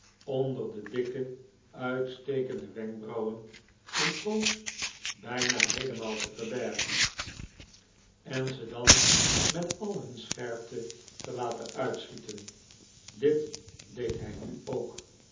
onder de dikke uitstekende wenkbrauwen een poos bijna heelemaal te verbergen en ze dan met al hun scherpte te laten uitschieten dit deed hij nu ook